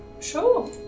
Sure